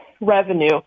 revenue